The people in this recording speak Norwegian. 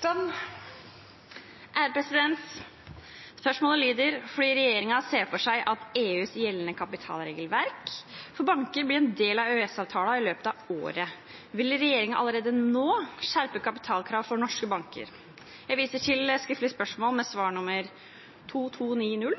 som rette vedkommende. «Fordi regjeringa ser for seg at EUs gjeldende kapitalkravsregelverk for banker blir del av EØS-avtalen i løpet av året, vil regjeringa allerede nå skjerpe kapitalkrav for norske banker. Viser til skriftlig spørsmål med svar nr. 2290